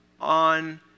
on